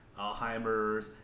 Alzheimer's